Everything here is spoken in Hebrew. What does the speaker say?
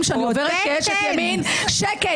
שאני עוברת כאשת ימין ------ שקט.